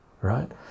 right